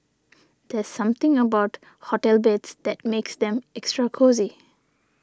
there's something about hotel beds that makes them extra cosy